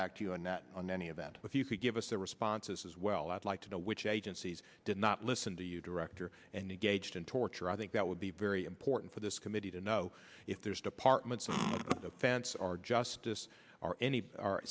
back to you on that on any of that if you could give us their responses as well i'd like to know which agencies did not listen to you director and engaged in torture i think that would be very important for this committee to know if there's departments on the fence or justice or any